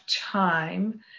time